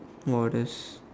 more or less